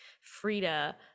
Frida